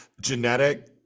genetic